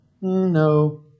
no